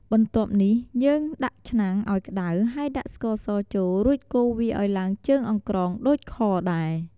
បន្ទាប់នេះយើងដាក់ឆ្នាំងឲ្យក្តៅហើយដាក់ស្ករសចូលរួចកូវាឱ្យឡើងជើងអង្ក្រងដូចខដែរ។